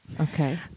Okay